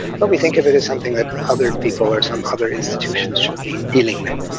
but we think of it as something that other people or some other institutions should be dealing